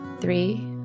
three